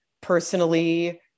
personally